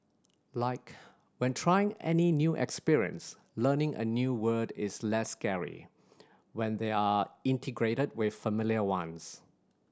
like when trying any new experience learning a new word is less scary when they are integrated with familiar ones